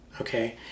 okay